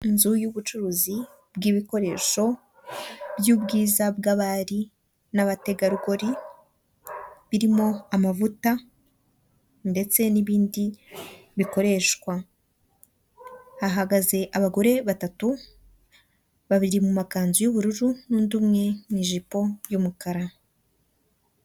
Inzu y'ubucuruzi bw'ibikoresho by'ubwiza bw'abari n'abategarugori birimo amavuta, ndetse n'ibindi bikoreshwa, hahagaze abagore batatu, babiri mu makanzu y'ubururu n'undi mu ni ijipo y'umukara.